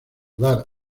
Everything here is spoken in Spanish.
dar